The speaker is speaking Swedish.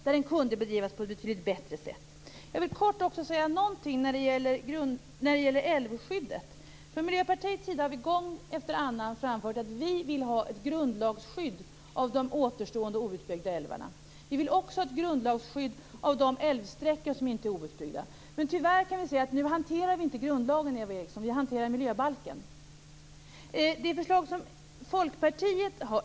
Den kunde bedrivas på ett betydligt bättre sätt. Sedan vill jag helt kort säga några ord om älvskyddet. Vi i Miljöpartiet har gång efter annan framfört att vi vill ha ett grundlagsskydd för de återstående outbyggda älvarna. Vi vill också ha ett grundlagsskydd för de älvsträckor som inte är utbyggda. Tyvärr, Eva Eriksson, hanterar vi nu inte grundlagen, utan vi hanterar miljöbalken.